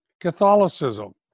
Catholicism